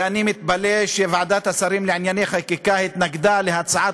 ואני מתפלא שוועדת השרים לענייני חקיקה התנגדה להצעת